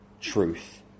truth